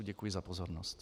Děkuji za pozornost.